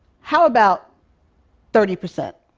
how about thirty percent?